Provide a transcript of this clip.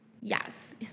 Yes